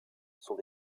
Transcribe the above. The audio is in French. sont